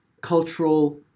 cultural